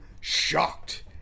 shocked